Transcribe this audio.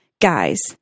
guys